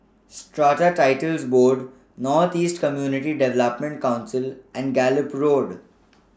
Strata Titles Board North East Community Development Council and Gallop Road